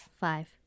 Five